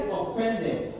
offended